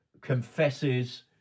confesses